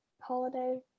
holiday